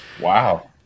Wow